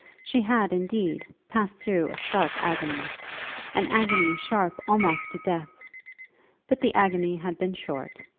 she had, indeed, passed through a sharp agony an agony sharp almost to death but the agony had been short,